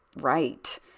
right